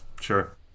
sure